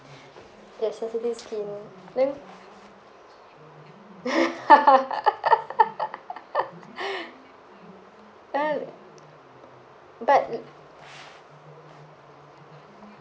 ya sensitive skin then da~ but